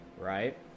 right